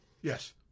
Yes